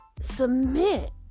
submit